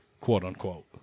quote-unquote